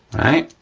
right?